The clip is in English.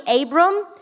Abram